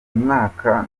umwaka